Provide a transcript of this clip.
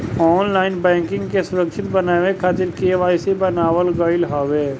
online banking के सुरक्षित बनावे खातिर के.वाई.सी बनावल गईल हवे